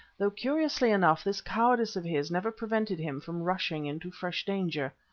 though, curiously enough, this cowardice of his never prevented him from rushing into fresh danger.